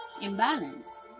imbalance